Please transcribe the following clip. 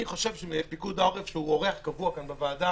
לדעתי, פיקוד העורף שהוא אורח קבוע בוועדה